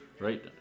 Right